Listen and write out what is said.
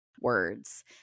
words